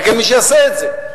רק אין מי שיעשה את זה.